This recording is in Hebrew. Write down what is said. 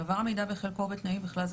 בוקר טוב.